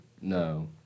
No